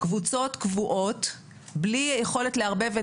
קבוצות קבועות בלי יכולת לערבב בין